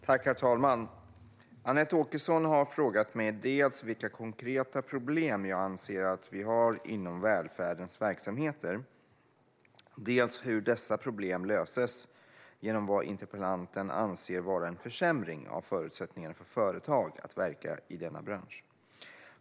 Herr talman! Anette Åkesson har frågat mig dels vilka konkreta problem jag anser att vi har inom välfärdens verksamheter, dels hur dessa problem löses genom vad interpellanten anser vara en försämring av förutsättningarna för företag att verka i denna bransch.